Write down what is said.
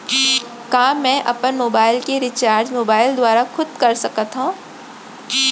का मैं अपन मोबाइल के रिचार्ज मोबाइल दुवारा खुद कर सकत हव?